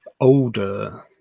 older